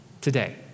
Today